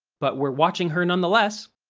but, we're watching her nonetheless.